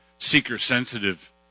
seeker-sensitive